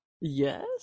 Yes